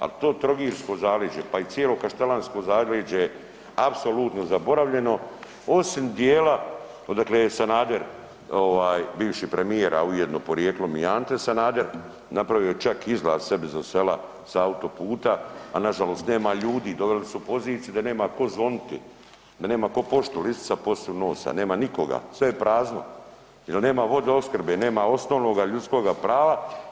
Al to trogirsko zaleđe, pa i cijelo kaštelansko zaleđe je apsolutno zaboravljeno osim dijela odakle je Sanader ovaj bivši premijer, a ujedno porijeklom i Ante Sanader, napravio čak izlaz sebi za sela sa autoputa, a nažalost nema ljudi, doveli su u poziciju da nema ko zvoniti, da nema ko poštu, lisica poso nosa, nema nikoga, sve je prazno, jel nema vodoopskrbe, nema osnovnoga ljudskoga prava.